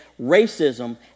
Racism